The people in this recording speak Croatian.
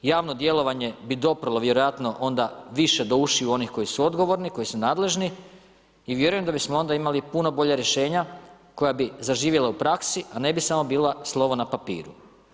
Javno djelovanje bi doprlo vjerojatno onda više do ušiju onih koji su odgovorni, koji su nadležni i vjerujem da bismo onda imali puno bolja rješenja koja bi zaživjela u praksi, a ne bi samo bila slovo na papiru.